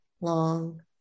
long